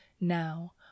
now